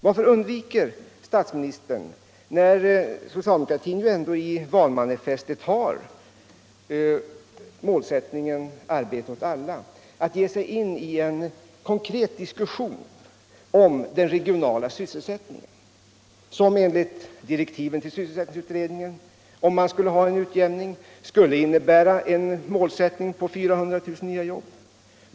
Varför undviker statsministern, när socialdemokratin i valmanifestet ändå har målsättningen ”Arbete åt alla”, att ge sig in i en konkret diskussion om en regional utveckling av sysselsättningen. Enligt direktiven till sysselsättningsutredningen skulle detta innebära en målsättning på 400 000 nya jobb?